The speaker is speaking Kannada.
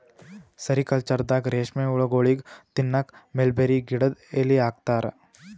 ಸೆರಿಕಲ್ಚರ್ದಾಗ ರೇಶ್ಮಿ ಹುಳಗೋಳಿಗ್ ತಿನ್ನಕ್ಕ್ ಮಲ್ಬೆರಿ ಗಿಡದ್ ಎಲಿ ಹಾಕ್ತಾರ